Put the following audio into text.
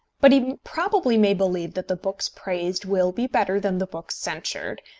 but he probably may believe that the books praised will be better than the books censured,